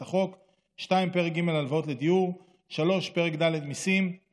החוק); 2. פרק ג' (הלוואות לדיור); 3. פרק ד' (מיסים);